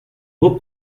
vos